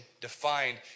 defined